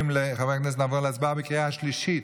חברי הכנסת, נעבור להצבעה בקריאה השלישית.